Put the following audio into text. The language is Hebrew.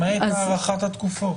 למעט הארכת התקופות.